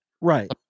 Right